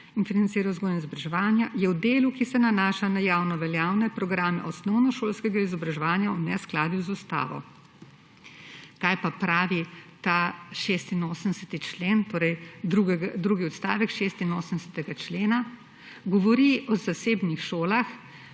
in financiranju vzgoje in izobraževanja je v delu, ki se nanaša na javnoveljavne programe osnovnošolskega izobraževanja v neskladju z ustavo.« Kaj pa pravi ta 86. člen? Drugi odstavek 86. člena govori o zasebnih šolah,